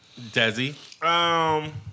Desi